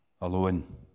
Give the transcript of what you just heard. alone